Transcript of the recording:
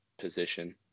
position